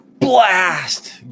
Blast